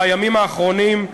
בימים האחרונים,